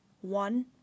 One